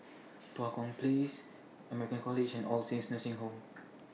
Tua Kong Place American College and All Saints Nursing Home